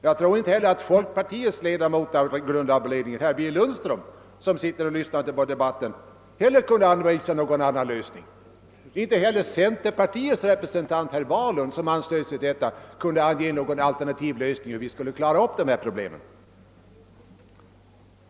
Jag tror att folkpartiets ledamot av grundlagberedningen, herr Birger Lundström, som sitter här och lyssnar på debatten inte heller kunde anvisa någon annan lösning och inte heller centerpartiets representant, herr Wahlund, som anslöt sig till remissyttrandet.